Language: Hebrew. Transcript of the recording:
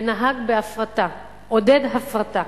ונהג בהפרטה, עודד הפרטה.